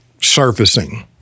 surfacing